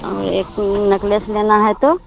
और एक नेकलेस लेना है तो